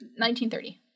1930